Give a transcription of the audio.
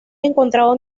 encontrado